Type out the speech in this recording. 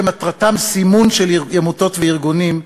שמטרתם סימון של עמותות וארגונים,